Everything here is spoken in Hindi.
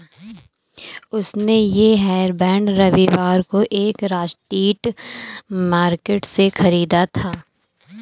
उसने ये हेयरबैंड रविवार को एक स्ट्रीट मार्केट से खरीदा था